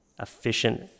efficient